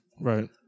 Right